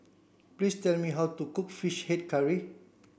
please tell me how to cook fish head curry